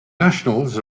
nationals